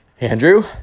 Andrew